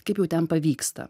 kaip jau ten pavyksta